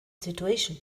situation